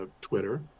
Twitter